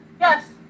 Yes